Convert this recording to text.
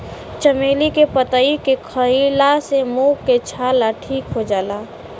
चमेली के पतइ के खईला से मुंह के छाला ठीक हो जाला